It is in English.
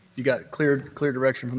you've got clear clear direction?